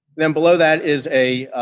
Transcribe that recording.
then, below that is a,